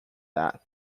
that